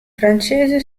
francese